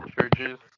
churches